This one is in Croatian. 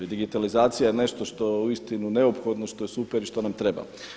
I digitalizacija je nešto što je uistinu neophodno, što je super i što nam treba.